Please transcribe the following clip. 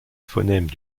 phonèmes